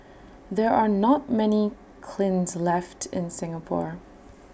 there are not many kilns left in Singapore